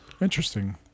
Interesting